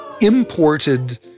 imported